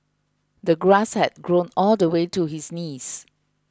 the grass had grown all the way to his knees